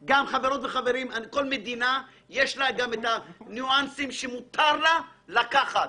לכל מדינה יש גם את הניואנסים שמותר לה לקחת,